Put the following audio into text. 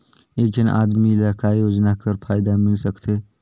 एक झन आदमी ला काय योजना कर फायदा मिल सकथे?